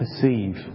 perceive